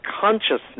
consciousness